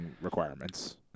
requirements